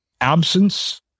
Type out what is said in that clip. absence